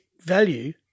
value